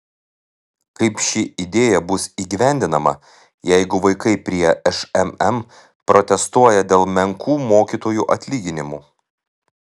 kaip ši idėja bus įgyvendinama jeigu vaikai prie šmm protestuoja dėl menkų mokytojų atlyginimų